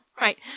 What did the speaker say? Right